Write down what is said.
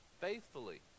faithfully